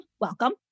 welcome